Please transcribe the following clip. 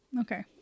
Okay